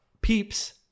Peeps